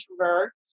introvert